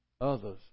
Others